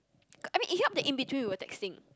K I mean it help that in between we were texting